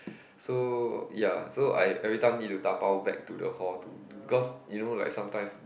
so ya so I everytime need to dabao back to the hall to to because you know like sometimes